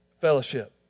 fellowship